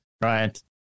Right